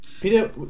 peter